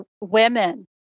women